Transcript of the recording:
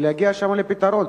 ולהגיע לפתרון.